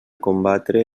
combatre